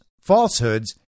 falsehoods